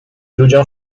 ludziom